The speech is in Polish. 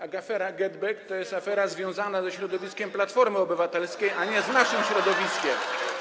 Afera GetBack to jest afera związana ze środowiskiem Platformy Obywatelskiej, a nie z naszym środowiskiem.